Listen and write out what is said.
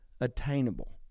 attainable